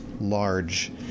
large